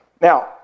Now